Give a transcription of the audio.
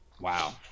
Wow